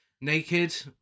Naked